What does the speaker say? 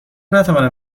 نتوانم